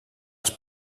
els